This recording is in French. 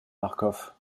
marcof